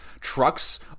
Trucks